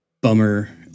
bummer